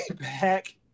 back